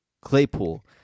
Claypool